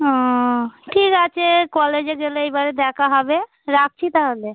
হুম ঠিক আছে কলেজে গেলে এইবারে দেখা হবে রাখছি তাহলে